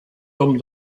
comme